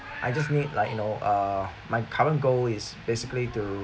I just need like you know uh my current goal is basically to